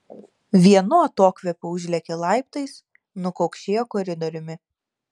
vienu atokvėpiu užlėkė laiptais nukaukšėjo koridoriumi